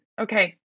okay